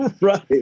Right